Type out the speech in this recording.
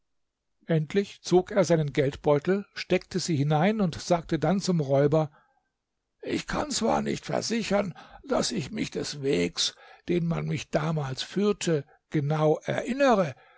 endlich zog er seinen geldbeutel steckte sie hinein und sagte dann zum räuber ich kann zwar nicht versichern daß ich mich des wegs den man mich damals führte genau erinnere